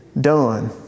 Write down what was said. done